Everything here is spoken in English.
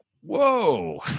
whoa